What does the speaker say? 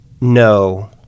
no